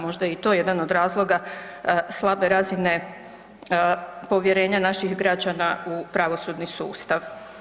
Možda je i to jedan od razloga slabe razine povjerenja naših građana u pravosudni sustav.